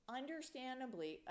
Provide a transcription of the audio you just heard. understandably